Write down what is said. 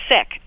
sick